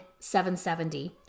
770